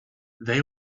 they